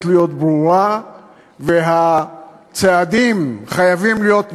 להיות ברורה והצעדים חייבים להיות נחושים,